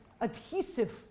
adhesive